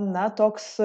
na toks